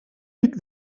pic